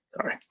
Sorry